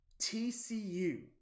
TCU